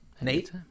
Nate